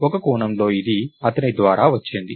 ఒక కోణంలో ఇది అతని ద్వారా వచ్చినది